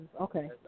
Okay